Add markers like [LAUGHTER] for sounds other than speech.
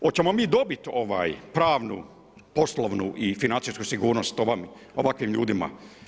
Hoćemo mi dobiti pravnu, poslovnu i financijsku sigurnost ... [UNINTELLIGIBLE] ovakvim ljudima?